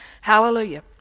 Hallelujah